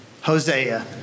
Hosea